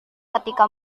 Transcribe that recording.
ketika